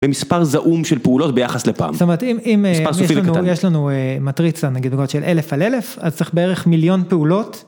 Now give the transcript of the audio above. במספר זעום של פעולות ביחס לפעם. זאת אומרת, אם, אם אה... מספר סופי וקטן. יש לנו, יש לנו מטריצה נגיד בגודל של אלף על אלף, אז צריך בערך מיליון פעולות...